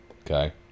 Okay